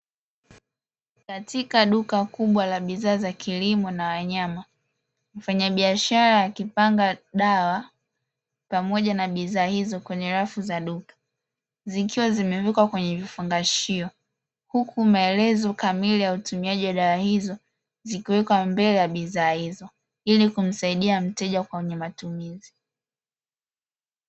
Katika duka kubwa la bidhaa za kilimo na wanyama, mfanyabiashara akipanga dawa pamoja na bidhaa hizo kwenye rafu za duka, zikiwa zimefikwa kwenye vifungashio, huku maelezo kamili ya utumiaji wa dawa hizo, zikiwekwa mbele ya bidhaa hizo, ili kumsaidia mteja kwenye matumizi.